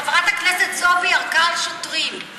חברת הכנסת זועבי ירקה על שוטרים,